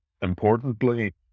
importantly